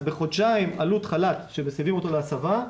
אז בחודשיים עלות חל"ת שמסבים אותו להסבה,